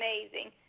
amazing